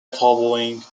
footballing